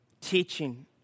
teaching